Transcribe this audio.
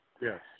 Yes